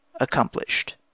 accomplished